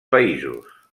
països